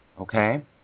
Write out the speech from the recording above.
Okay